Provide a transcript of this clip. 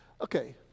Okay